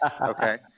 Okay